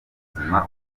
ubuzima